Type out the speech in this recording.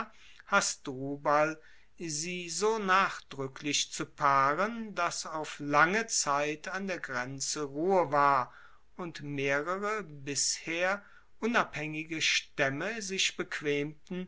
hasdrubal sie so nachdruecklich zu paaren dass auf lange zeit an der grenze ruhe war und mehrere bisher unabhaengige staemme sich bequemten